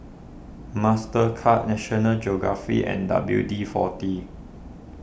Mastercard National Geographic and W D forty